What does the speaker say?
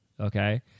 Okay